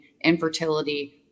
infertility